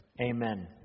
amen